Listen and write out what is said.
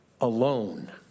alone